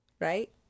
Right